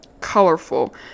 colorful